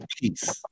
peace